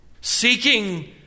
seeking